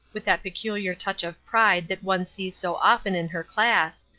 with that peculiar touch of pride that one sees so often in her class,